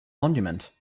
monument